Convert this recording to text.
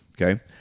Okay